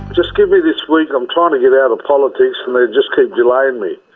just give me this week. i'm trying to get out of politics, and they just keep delaying me.